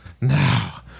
Now